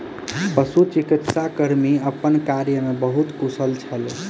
पशुचिकित्सा कर्मी अपन कार्य में बहुत कुशल छल